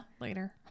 later